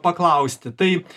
paklausti tai